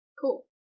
cool